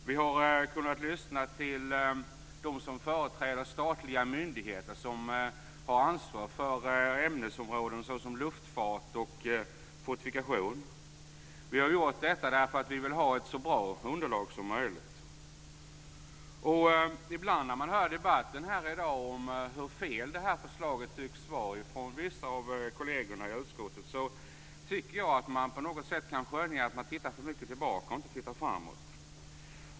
Vi har kunnat lyssna till dem som företräder statliga myndigheter, som har ansvar för ämnesområden såsom luftfart och fortifikation. Vi har gjort detta därför att vi velat ha ett så bra underlag som möjligt. Ibland när man hör debatten här i dag från vissa av kollegerna i utskottet om hur fel det här förslaget tycks vara, tycker jag att man på något sätt kan skönja att de tittar för mycket bakåt och inte tittar framåt.